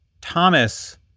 Thomas